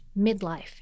midlife